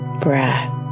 breath